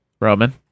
Roman